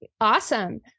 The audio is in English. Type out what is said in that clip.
Awesome